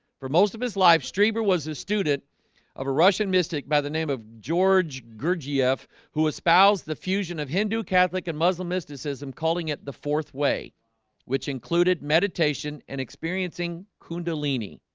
for most of his life streamer was a student of a russian mystic by the name of george george yeah ef who espoused the fusion of hindu catholic and muslim mysticism calling it the fourth way which included meditation meditation and experiencing kundalini?